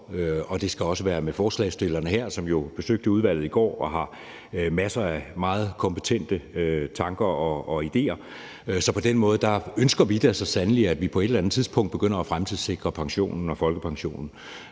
og det skal også være med stillerne af det her forslag, som jo besøgte udvalget i går og har masser af meget kompetente tanker og idéer. Så på den måde ønsker vi da så sandelig, at vi på et eller andet tidspunkt begynder at fremtidssikre pensionen og folkepensionen.